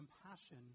compassion